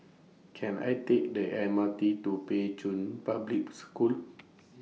Can I Take The M R T to Pei Chun Public School